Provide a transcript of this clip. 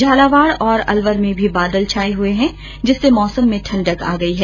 झालावाड़ और अलवर में भी बादल छाये हुए है जिससे मौसम में ठण्डक आ गई है